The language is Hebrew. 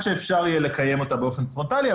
שאפשר יהיה לקיים אותה באופן פרונטלי,